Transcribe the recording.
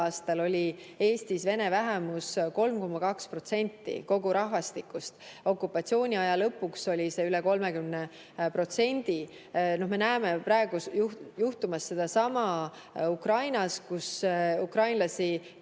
aastal oli Eestis vene vähemus 3,2% kogu rahvastikust, okupatsiooniaja lõpuks oli see üle 30%. Me näeme praegu juhtumas sedasama Ukrainas, kus ukrainlasi